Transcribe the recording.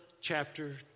chapter